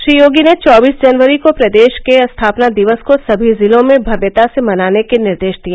श्री योगी ने चौबीस जनवरी को प्रदेश के स्थापना दिवस को सभी जिलों में भव्यता से मनाने के निर्देश दिए